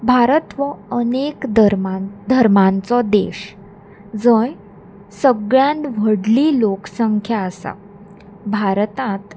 भारत हो अनेक धर्मान धर्मांचो देश जंय सगळ्यान व्हडली लोकसंख्या आसा भारतांत